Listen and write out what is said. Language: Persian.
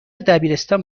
دبیرستان